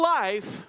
life